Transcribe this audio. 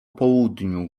południu